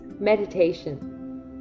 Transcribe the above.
meditation